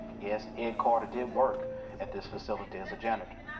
yes, ed carter did work at this facility as a janitor,